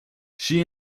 she